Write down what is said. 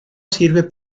sirve